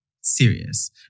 Serious